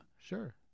Sure